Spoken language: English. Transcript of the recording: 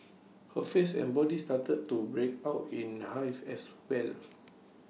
her face and body started to break out in hives as well